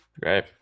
Great